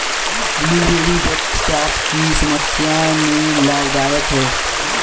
blueberry रक्तचाप की समस्या में लाभदायक है